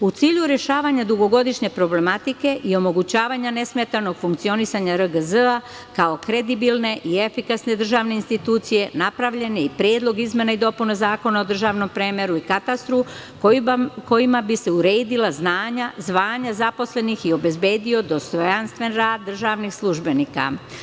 U cilju rešavanja dugogodišnje problematike i omogućavanja nesmetanog funkcionisanja RGZ kao kredibilne i efikasne državne institucije, napravljen je i Predlog izmena i dopuna Zakona o državnom premeru i katastru, kojim bi se uredila zvanja zaposlenih i obezbedio dostojanstven rad državnih službenika.